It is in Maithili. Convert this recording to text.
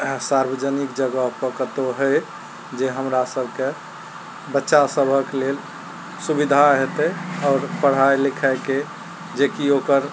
सार्वजनिक जगहपर कतौ है जे हमरा सबके बच्चा सभहक लेल सुविधा हेतय आओर पढ़ाइ लिखाइके जेकि ओकर